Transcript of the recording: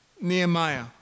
Nehemiah